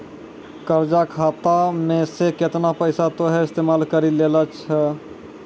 कर्जा खाता मे से केतना पैसा तोहें इस्तेमाल करि लेलें छैं